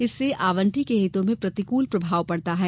इससे आंवटी के हितों में प्रतिकूल प्रभाव पड़ता है